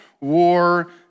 War